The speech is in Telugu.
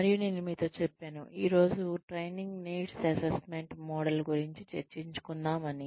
మరియు నేను మీతో చెప్పాను ఈ రోజు ట్రైనింగ్ నీడ్స్ అసెస్సేమెంట్ మోడల్ గురుంచి చర్చించుకుందాం అని